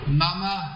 mama